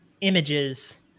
images